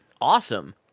Awesome